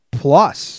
plus